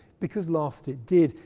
because last it did,